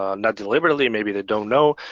um not deliberately maybe they don't know.